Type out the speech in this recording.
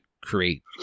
create